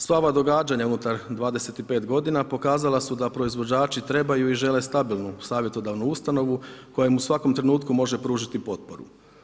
Sva ova događanja unutar 25 godina pokazala su da proizvođači trebaju i žele stabilnu savjetodavnu ustanovu koja mu u svakom trenutku može pružiti potporu.